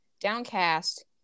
Downcast